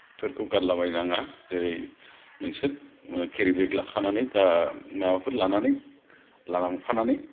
फोरखौ गारला बायनाङा जेरै नोंसोर केरि बेग लाखानानै माबाफोर लानानै लांफानानै